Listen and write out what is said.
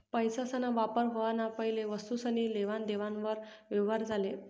पैसासना वापर व्हवाना पैले वस्तुसनी लेवान देवान वर यवहार चाले